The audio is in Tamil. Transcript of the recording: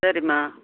சரிம்மா